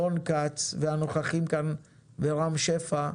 רון כץ והנוכחים כאן ורם שפע,